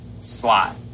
slot